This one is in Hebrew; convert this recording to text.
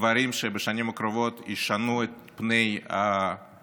דברים שבשנים הקרובות ישנו את פני המשק,